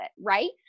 Right